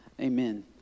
Amen